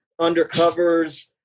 undercovers